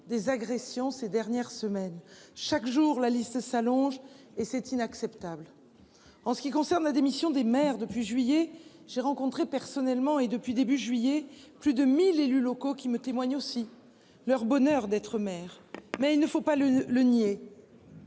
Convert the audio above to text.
des agressions ces dernières semaines, chaque jour, la liste s'allonge et c'est inacceptable. En ce qui concerne la démission des maires depuis juillet j'ai rencontré personnellement et depuis début juillet, plus de 1000 élus locaux qui me aussi leur bonheur d'être maire mais il ne faut pas le nier.